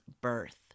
birth